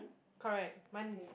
correct mine is